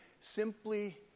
simply